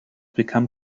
become